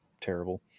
terrible